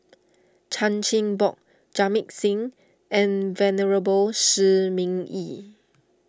Chan Chin Bock Jamit Singh and Venerable Shi Ming Yi